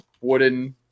wooden